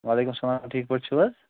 وعلیکُم السلام ٹھیٖک پٲٹھۍ چھُو حظ